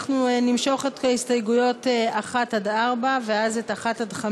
אנחנו נמשוך את ההסתייגויות 1 4 ואז את 1 5,